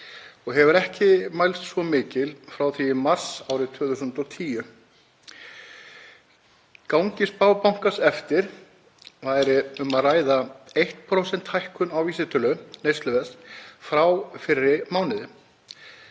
og hefur ekki mælst svo mikil frá því í mars árið 2010. Gangi spá bankans eftir væri um að ræða 1% hækkun á vísitölu neysluverðs frá fyrri mánuði.